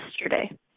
yesterday